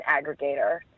aggregator